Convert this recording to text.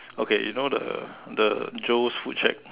okay you know the the Joe's food shack